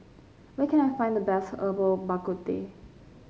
where can I find the best Herbal Bak Ku Teh